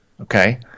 Okay